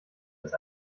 als